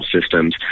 systems